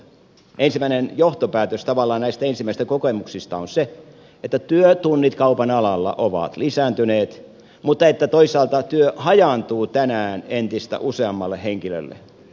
ensimmäinen johtopäätös tavallaan näistä ensimmäisistä kokemuksista on se että työtunnit kaupan alalla ovat lisääntyneet mutta että toisaalta työ hajaantuu tänään entistä useammalle henkilölle